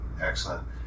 Excellent